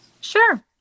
sure